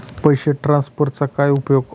पैसे ट्रान्सफरचा काय उपयोग?